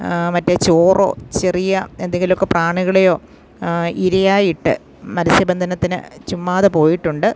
മറ്റേ ചോറോ ചെറിയ എന്തെങ്കിലൊക്കെ പ്രാണികളെയോ ഇരയായിട്ട് മത്സ്യബന്ധനത്തിന് ചുമ്മാതെ പോയിട്ടുണ്ട്